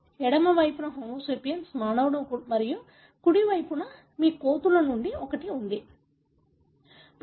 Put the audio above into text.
ఎడమ వైపున homo sapiens మానవుడు మరియు కుడి వైపున మీకు కోతుల నుండి ఒకటి ఉంది సరియైనదా